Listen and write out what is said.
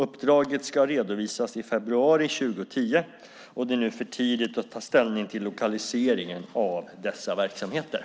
Uppdraget ska redovisas i februari 2010. Det är nu för tidigt att ta ställning till lokaliseringen av dessa verksamheter.